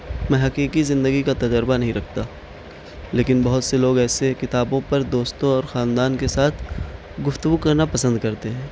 میں حقیقی زندگی کا تجربہ نہیں رکھتا لیکن بہت سے لوگ ایسے کتابوں پر دوستوں اور خاندان کے ساتھ گفتگو کرنا پسند کرتے ہیں